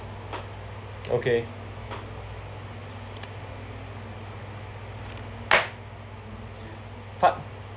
okay part